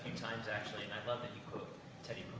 times actually, and i loved that you quote teddy